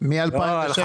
בינואר 2016